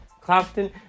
Clapton